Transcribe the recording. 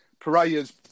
Pereira's